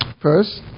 First